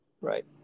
Right